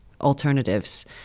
alternatives